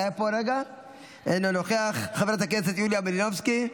אינו נוכח, חברת הכנסת יוליה מלינובסקי,